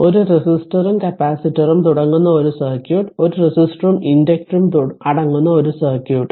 ഒരു റെസിസ്റ്ററും കപ്പാസിറ്ററും അടങ്ങുന്ന ഒരു സർക്യൂട്ട് ഒരു റെസിസ്റ്ററും ഇൻഡക്ടറും അടങ്ങുന്ന ഒരു സർക്യൂട്ട്